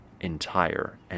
entire